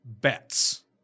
bets